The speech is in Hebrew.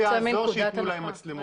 זה לא יעזור שייתנו להם מצלמות,